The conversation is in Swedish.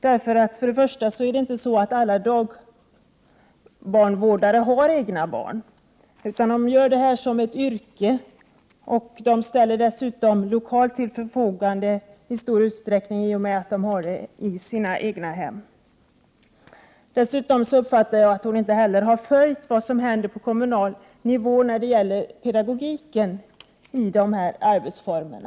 Alla dagbarnvårdare har inte egna barn, utan de bedriver sin verksamhet som ett yrke. De ställer dessutom lokal till förfogande i stor utsträckning i och med att de tar hand om barnen i sina egna hem. Dessutom uppfattar jag att Anita Persson inte heller har följt med vad som händer på kommunal nivå när det gäller pedagogiken i dess arbetsformer.